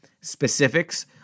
specifics